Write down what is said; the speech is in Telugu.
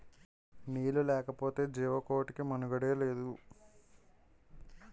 నీళ్లు లేకపోతె జీవకోటికి మనుగడే లేదు